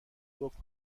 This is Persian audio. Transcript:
گفت